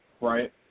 Right